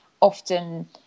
often